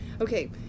Okay